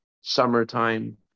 summertime